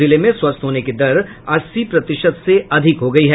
जिले में स्वस्थ होने की दर अस्सी प्रतिशत से अधिक हो गयी है